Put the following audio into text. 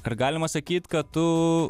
ar galima sakyt kad tu